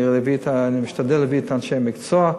אני משתדל להביא את אנשי המקצוע.